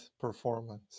performance